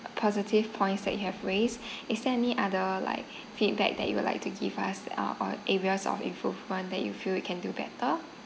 positive points that you have raised is there any other like feedback that you'd like to give us uh or areas of improvement that you feel we can do better